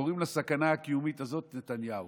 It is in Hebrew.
קוראים לסכנה הקיומית הזאת נתניהו.